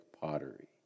pottery